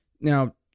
Now